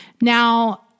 Now